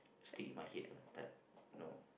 stick in my head ah type no